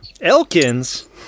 Elkins